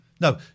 No